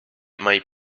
might